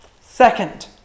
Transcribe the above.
Second